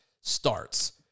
starts